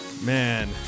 Man